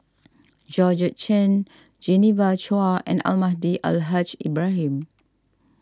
Georgette Chen Genevieve Chua and Almahdi Al Haj Ibrahim